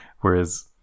Whereas